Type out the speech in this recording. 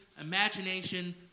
imagination